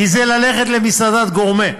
כי זה ללכת למסעדת גורמה.